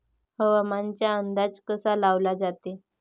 हवामानाचा अंदाज कसा लावला जाते?